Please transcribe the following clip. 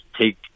take